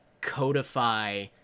codify